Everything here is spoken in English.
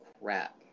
crap